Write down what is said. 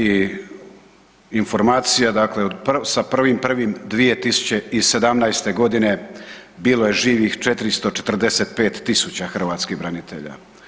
I informacija dakle sa 1.1.2017. godine bilo je živih 445.000 hrvatskih branitelja.